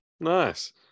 Nice